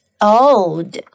old